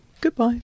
Goodbye